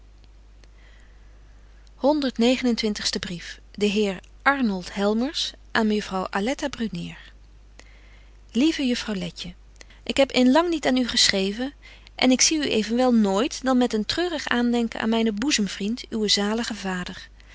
de heer arnold helmers aan mejuffrouw aletta brunier lieve juffrouw letje ik heb in lang niet aan u geschreven en ik zie u evenwel nooit dan met een treurig aandenken aan mynen boezem vriend uwen zaligen